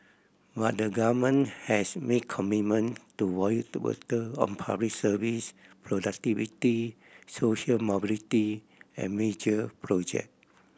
but the government has made commitment to voter on public services productivity social mobility and major project